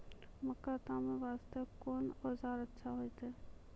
मक्का तामे वास्ते कोंन औजार अच्छा होइतै?